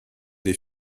des